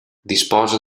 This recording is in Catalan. disposa